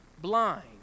blind